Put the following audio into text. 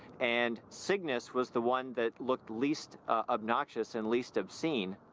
and cygnus was the one that looked least obnoxious and least obscene.